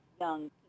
young